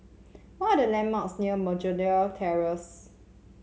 what are the landmarks near Begonia Terrace